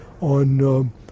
on